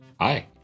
Hi